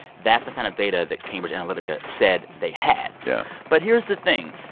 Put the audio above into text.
that's the kind of data that cambridge analytica said they had yeah but here's the thing.